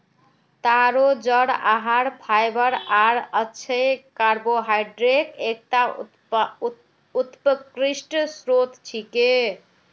तारो जड़ आहार फाइबर आर अच्छे कार्बोहाइड्रेटक एकता उत्कृष्ट स्रोत छिके